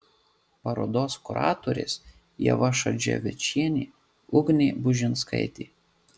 parodos kuratorės ieva šadzevičienė ugnė bužinskaitė